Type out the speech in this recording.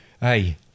Hey